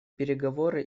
переговоры